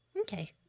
okay